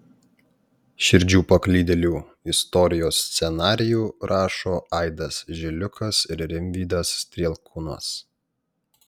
širdžių paklydėlių istorijos scenarijų rašo aidas žiliukas ir rimvydas strielkūnas